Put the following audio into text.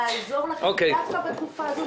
נעזור לכם דווקא בתקופה הזו,